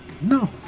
No